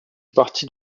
partie